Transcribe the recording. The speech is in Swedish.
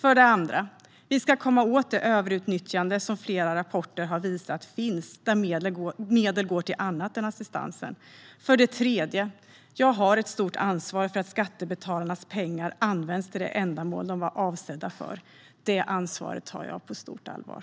För det andra ska vi komma åt det överutnyttjande som flera rapporter har visat finns, där medel går till annat än assistansen. För det tredje har jag ett stort ansvar för att skattebetalarnas pengar används till det ändamål de är avsedda för. Det ansvaret tar jag på stort allvar.